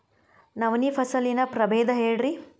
ನವಣಿ ಫಸಲಿನ ಪ್ರಭೇದ ಹೇಳಿರಿ